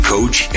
Coach